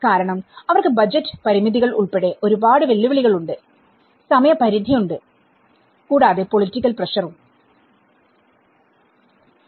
കാരണം അവർക്ക് ബജറ്റ് പരിമിതികൾ ഉൾപ്പെടെ ഒരു പാട് വെല്ലുവിളികൾ ഉണ്ട് സമയപരിധിയുണ്ട് കൂടാതെ പൊളിറ്റിക്കൽ പ്രഷറും ഉണ്ടാവും